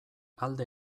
alde